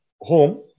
home